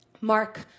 mark